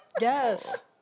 Yes